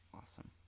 awesome